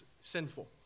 sinful